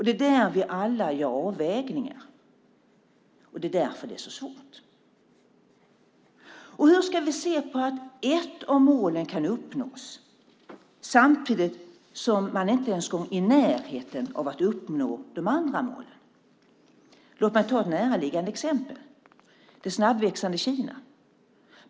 Det är där vi alla gör avvägningar, och det är därför det är så svårt. Hur ska vi se på att ett av målen kan uppnås samtidigt som man inte kommer ens i närheten av att uppnå de andra målen? Låt mig ta ett näraliggande exempel, det snabbväxande Kina.